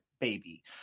baby